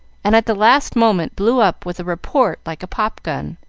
and at the last moment blew up with a report like a pop-gun.